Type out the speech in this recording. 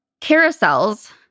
carousels